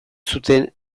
zuten